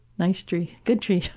nice tree. good tree.